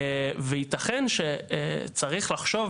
ויתכן שצריך לחשוב